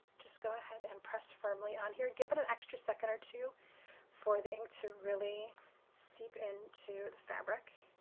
just go ahead and press firmly on here, give it an extra second or two for the ink to really seep into the fabric.